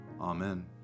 Amen